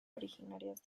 originarias